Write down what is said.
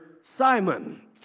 Simon